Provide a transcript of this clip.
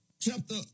chapter